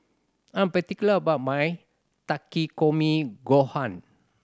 I am particular about my Takikomi Gohan